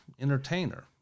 entertainer